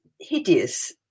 hideous